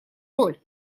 роль